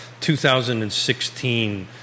2016